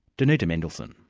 danuta mendelson.